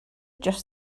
just